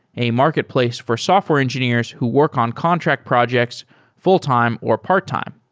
a marketplace for software engineers who work on contract projects full-time or part-time.